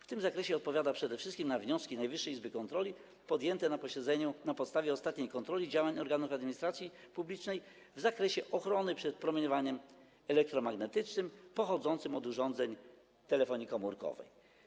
W tym zakresie odpowiada przede wszystkim na wnioski Najwyższej Izby Kontroli podjęte na posiedzeniu na podstawie ostatniej kontroli działań organów administracji publicznej w zakresie ochrony przed promieniowaniem elektromagnetycznym pochodzącym od urządzeń telefonii komórkowej.